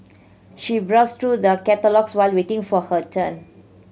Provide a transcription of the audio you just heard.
she browsed through the catalogues while waiting for her turn